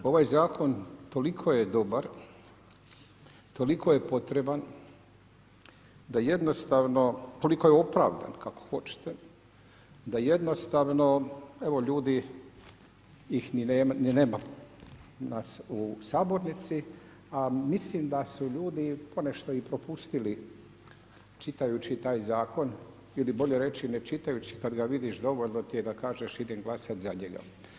Ovaj Zakon toliko je dobar, toliko je potreban, da jednostavno, toliko je opravdan, kako hoćete, da jednostavno, evo ljudi ih ni nema nas u sabornici, a mislim da su ljudi ponešto i propustili čitajući taj Zakon ili bolje reći ne čitajući, kad ga vidiš dovoljno ti je da kažeš idem glasat za njega.